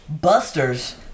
Busters